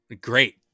great